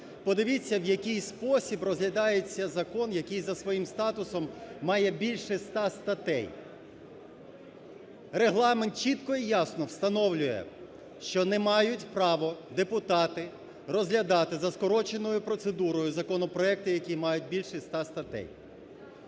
Подивіться, в який спосіб розглядається закон, який за своїм статусом має більше 100 статей. Регламент чітко і ясно встановлює, що не мають право депутати розглядати за скороченою процедурою законопроекти, які мають більше 100 статей,